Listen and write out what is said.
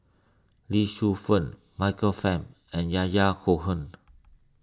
Lee Shu Fen Michael Fam and Yahya Cohen